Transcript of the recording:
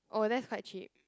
oh that's quite cheap